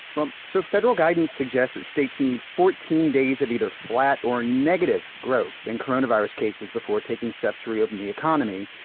well, so federal guidance suggests that states need fourteen days of either flat or negative growth in coronavirus cases before taking steps to reopen the economy.